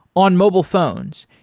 on mobile phones,